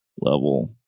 level